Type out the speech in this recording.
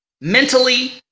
mentally